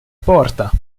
porta